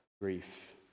grief